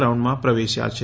રાઉન્ડમાં પ્રવેશ્યા છે